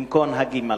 במקום הגימ"ל.